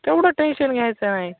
तेवढं टेन्शन घ्यायचं नाही